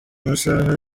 amasaha